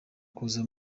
kuza